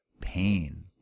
pain